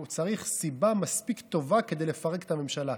הוא צריך סיבה מספיק טובה כדי לפרק את הממשלה,